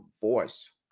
voice